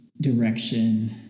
direction